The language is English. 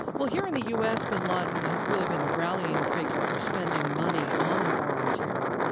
well here in the u s, bin laden has really been the rallying figure for spending money on the war on terror.